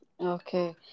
Okay